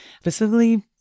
specifically